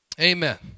Amen